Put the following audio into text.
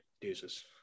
Deuces